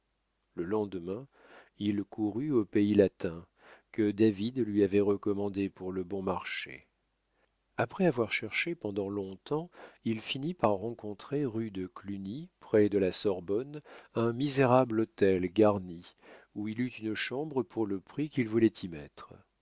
le lendemain il courut au pays latin que david lui avait recommandé pour le bon marché après avoir cherché pendant longtemps il finit par rencontrer rue de cluny près de la sorbonne un misérable hôtel garni où il eut une chambre pour le prix qu'il voulait y mettre